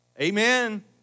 Amen